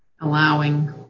allowing